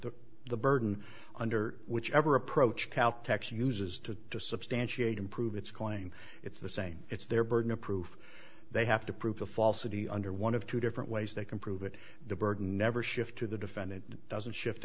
to the burden under which ever approached cow tex uses to substantiate improve its claim it's the same it's their burden of proof they have to prove the falsity under one of two different ways they can prove it the burden never shift to the defendant doesn't shift